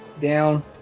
down